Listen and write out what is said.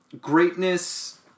greatness